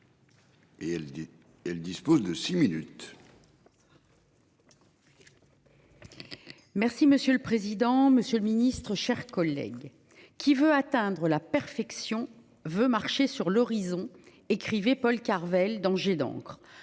dit elle dispose de 6 minutes. Merci monsieur le président, Monsieur le Ministre, chers collègues qui veut atteindre la perfection veut marcher sur l'horizon écrivait Paul Karvel dans jet d'encre en